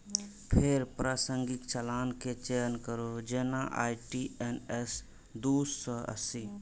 फेर प्रासंगिक चालान के चयन करू, जेना आई.टी.एन.एस दू सय अस्सी